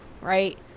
right